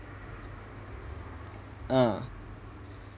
ah